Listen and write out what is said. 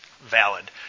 valid